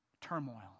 turmoil